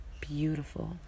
beautiful